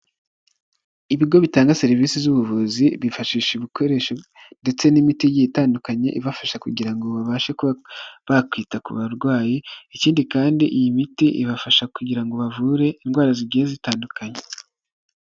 Ibigo bitanga serivisi z'ubuvuzi, bifashisha ibikoresho ndetse n'imiti igiye itandukanye, ibafasha kugira ngo babashe kuba bakwita ku barwayi. Ikindi kandi iyi miti ibafasha kugira ngo bavure indwara zigiye zitandukanye.